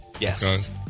Yes